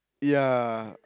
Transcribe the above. yeah